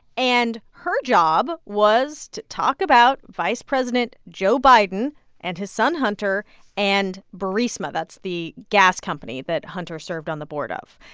and her job was to talk about vice president joe biden and his son hunter and burisma that's. the gas company that hunter served on the board of.